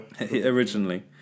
originally